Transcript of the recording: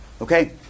Okay